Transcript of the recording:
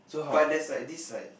but there's like this like